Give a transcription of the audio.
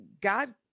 God